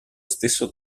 stesso